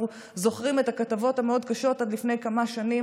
אנחנו זוכרים את הכתבות הקשות מאוד עד לפני כמה שנים,